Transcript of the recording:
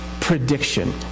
prediction